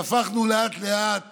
והפכנו לאט-לאט